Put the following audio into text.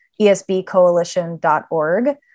esbcoalition.org